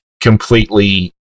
completely